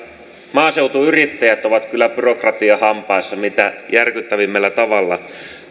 maaseutuyrittäjät ovat kyllä byrokratian hampaissa mitä järkyttävimmällä tavalla